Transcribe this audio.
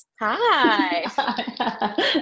Hi